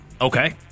Okay